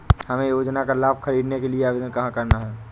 हमें योजना का लाभ ख़रीदने के लिए आवेदन कहाँ करना है?